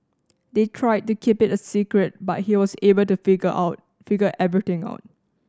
they tried to keep it a secret but he was able to figure out figure everything out